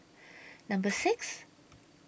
Number six